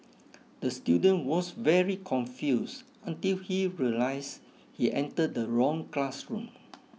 the student was very confused until he realised he entered the wrong classroom